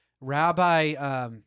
Rabbi—